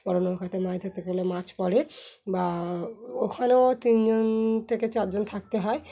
ট্রলারে করে মাছ গেলে মাছ পড়ে বা ওখানেও তিনজন থেকে চারজন থাকতে হয়